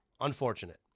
unfortunate